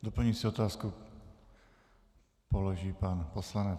Doplňující otázku položí pan poslanec.